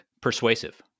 persuasive